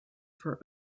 for